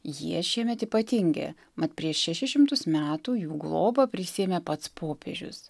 jie šiemet ypatingi mat prieš šešis šimtus metų jų globą prisiėmė pats popiežius